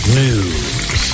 news